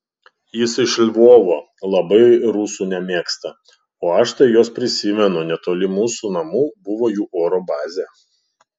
jis iš lvovo labai rusų nemėgsta o aš tai juos prisimenu netoli mūsų namų buvo jų oro bazė